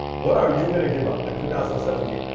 what are you going to give up in two thousand and seventeen?